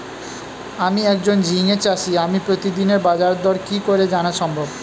আমি একজন ঝিঙে চাষী আমি প্রতিদিনের বাজারদর কি করে জানা সম্ভব?